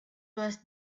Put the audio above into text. was